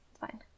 Fine